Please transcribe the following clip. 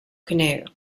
canoe